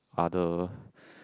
other